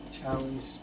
challenge